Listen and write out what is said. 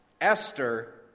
Esther